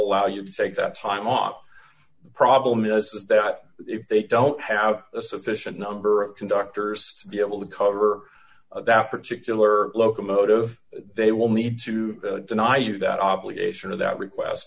allow you to take that time off the problem is that if they d don't have a sufficient number of conductors to be able to cover after to kill or locomotive they will need to deny you that obligation or that request